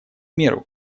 меру